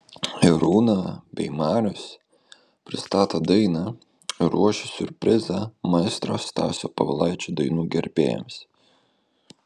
irūna bei marius pristato dainą ir ruošia siurprizą maestro stasio povilaičio dainų gerbėjams